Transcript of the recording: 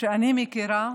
שאני מכירה,